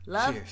Love